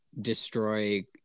destroy